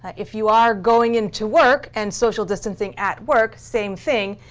if you are going into work and social distancing at work, same thing.